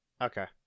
Okay